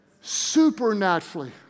supernaturally